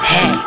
Hey